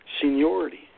seniority